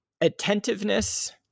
attentiveness